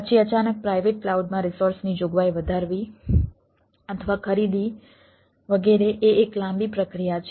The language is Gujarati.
પછી અચાનક પ્રાઇવેટ ક્લાઉડમાં રિસોર્સની જોગવાઈ વધારવી અથવા ખરીદી વગેરે એ એક લાંબી પ્રક્રિયા છે